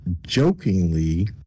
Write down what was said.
jokingly